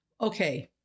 Okay